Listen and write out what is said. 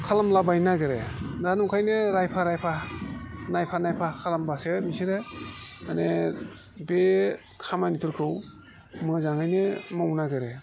खालामला बायनो नागिरो दा नंखायनो नायफा नायफा खालामबासो बिसोरो माने बे खामानिफोरखौ मोजाङैनो मावनो नागिरो